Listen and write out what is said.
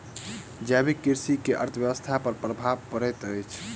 जैविक कृषि के अर्थव्यवस्था पर प्रभाव पड़ैत अछि